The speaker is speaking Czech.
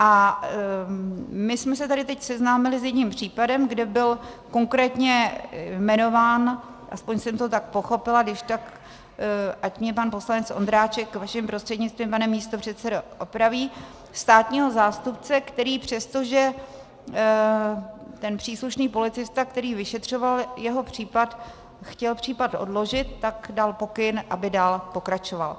A teď jsme se seznámili s jedním případem, kde byl konkrétně jmenován aspoň jsem to tak pochopila, kdyžtak ať mě pan poslanec Ondráček vaším prostřednictvím, pane místopředsedo, opraví , státního zástupce, který přestože ten příslušný policista, který vyšetřoval jeho případ, chtěl případ odložit, tak dal pokyn, aby dál pokračoval.